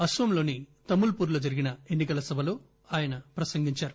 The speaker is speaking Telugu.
అస్పోంలోని తమూల్ పూర్ లో జరిగిన ఎన్నికల సభలో ఆయన ప్రసంగించారు